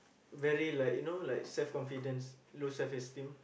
very like you know like self confidence low self esteem